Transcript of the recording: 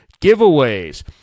giveaways